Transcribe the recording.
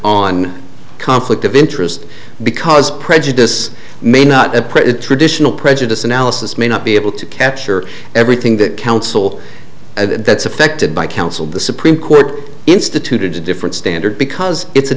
on conflict of interest because prejudice may not appreciate traditional prejudice analysis may not be able to capture everything that counsel that's affected by counsel the supreme court instituted a different standard because it's a